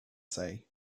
say